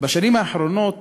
בשנים האחרונות